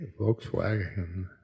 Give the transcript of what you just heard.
Volkswagen